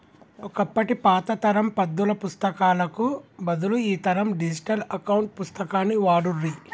ఒకప్పటి పాత తరం పద్దుల పుస్తకాలకు బదులు ఈ తరం డిజిటల్ అకౌంట్ పుస్తకాన్ని వాడుర్రి